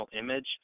image